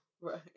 Right